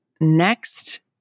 next